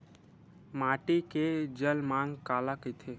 माटी के जलमांग काला कइथे?